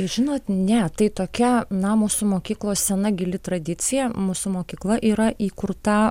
žinot ne tai tokia na mūsų mokyklos sena gili tradicija mūsų mokykla yra įkurta